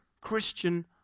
Christian